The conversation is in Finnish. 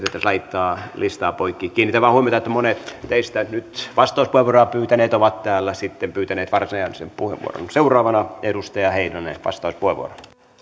laittaa listaa poikki kiinnitän vain huomiota että monet teistä nyt vastauspuheenvuoroa pyytäneistä ovat täällä sitten pyytäneet varsinaisen puheenvuoron seuraavana edustaja heinonen vastauspuheenvuoro